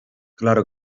claro